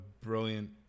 brilliant